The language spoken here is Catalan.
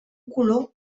color